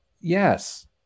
yes